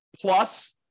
plus